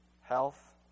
health